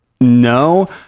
No